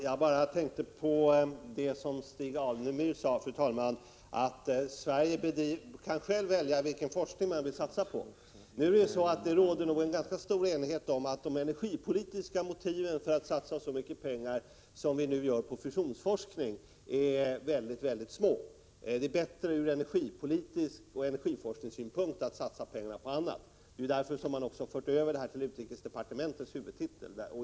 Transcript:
Fru talman! Jag tänkte på det som Stig Alemyr sade om att Sverige självt kan välja vilken forskning man vill satsa på. Nu råder det ganska stor enighet om att de energipolitiska motiven för att satsa så mycket pengar som nu sker på fusionsforskningen är svaga. Ur både energipolitisk synpunkt och energiforskningssynpunkt är det bättre att satsa pengarna på annat. Det är ju också därför som man har fört över detta till utrikesdepartementets huvudtitel.